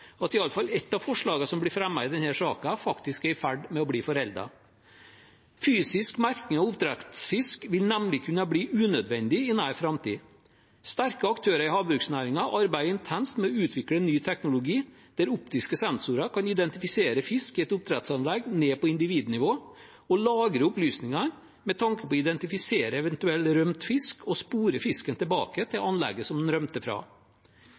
raskt at i alle fall ett av forslagene som blir fremmet i denne saken, faktisk er i ferd med å bli foreldet. Fysisk merking av oppdrettsfisk vil nemlig kunne bli unødvendig i nær framtid. Sterke aktører i havbruksnæringen arbeider intenst med å utvikle ny teknologi der optiske sensorer kan identifisere fisk i et oppdrettsanlegg ned på individnivå og lagre opplysningene med tanke på å identifisere eventuell rømt fisk og spore fisken tilbake til anlegget som den rømte